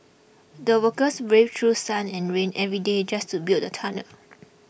the workers braved through sun and rain every day just to build the tunnel